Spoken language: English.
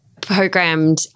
programmed